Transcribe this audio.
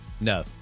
No